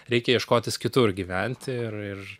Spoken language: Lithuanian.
reikia ieškotis kitur gyventi ir ir